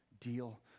deal